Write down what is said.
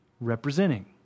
representing